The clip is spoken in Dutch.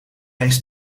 eens